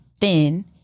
thin